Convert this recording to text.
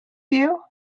you